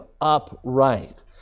upright